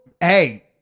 hey